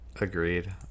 agreed